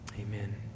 amen